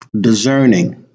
discerning